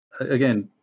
Again